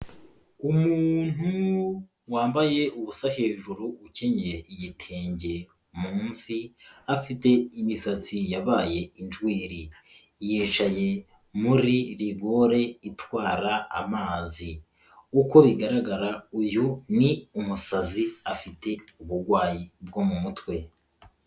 Umuntu wambaye ubusa hejuru ukenyeye igitenge munsi, afite imisatsi yabaye injwiri, yicaye muri rigore itwara amazi uko bigaragara uyu ni umusazi afite uburwayi bwo mu mutwe.